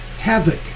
Havoc